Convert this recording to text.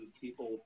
people